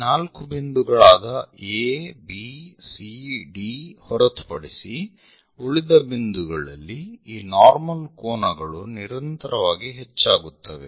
ಈ ನಾಲ್ಕು ಬಿಂದುಗಳಾದ A B C D ಹೊರತುಪಡಿಸಿ ಉಳಿದ ಬಿಂದುಗಳಲ್ಲಿ ಈ ನಾರ್ಮಲ್ ಕೋನಗಳು ನಿರಂತರವಾಗಿ ಹೆಚ್ಚಾಗುತ್ತವೆ